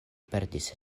perdis